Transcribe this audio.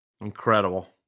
Incredible